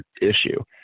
issue